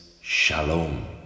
Shalom